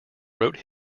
wrote